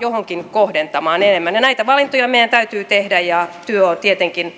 johonkin taas kohdentamaan enemmän näitä valintoja meidän täytyy tehdä ja työ on tietenkin